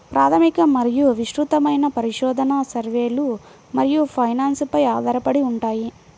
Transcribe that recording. ప్రాథమిక మరియు విస్తృతమైన పరిశోధన, సర్వేలు మరియు ఫైనాన్స్ పై ఆధారపడి ఉంటాయి